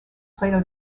plato